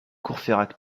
courfeyrac